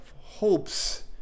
hopes